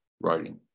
writing